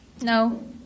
No